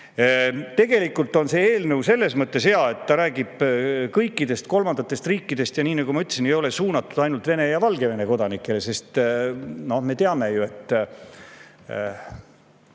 Tegelikult on see eelnõu selles mõttes hea, et ta räägib kõikidest kolmandatest riikidest, ja nagu ma ütlesin, ei ole suunatud ainult Vene ja Valgevene kodanikele. Me teame ju, et